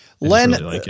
Len